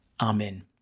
Amen